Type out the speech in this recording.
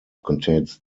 contains